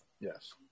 Yes